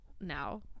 now